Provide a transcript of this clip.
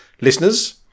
listeners